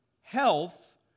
health